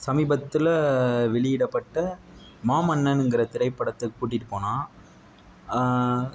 சமீபத்தில் வெளியிடப்பட்ட மாமன்னனுங்கிற திரைப்படத்துக்கு கூட்டிகிட்டு போனான்